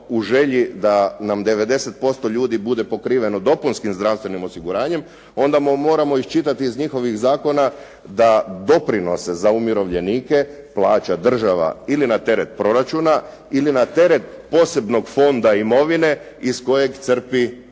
u želji da nam 90% ljudi bude pokriveno dopunskim zdravstvenim osiguranjem onda moramo iščitati iz njihovih zakona da doprinose za umirovljenike plaća država ili na teret proračuna ili na teret posebnog fonda imovine iz kojeg crpi dobit,